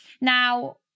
Now